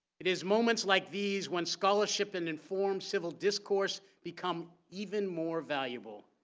it is moments like these when scholarship and informed civil discourse become even more valuable.